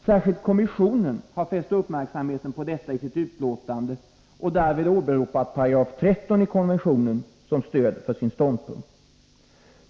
Särskilt kommissionen har fäst uppmärksamheten på detta i sitt utlåtande och därvid åberopat 13§ i konventionen som stöd för sin ståndpunkt.